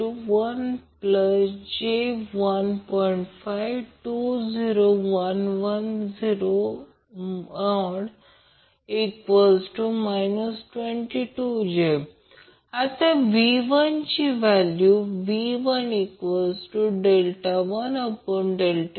5 20 11 0 220 आता V1 ची value V1130015 j518